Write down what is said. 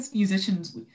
musicians